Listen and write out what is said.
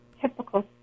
typical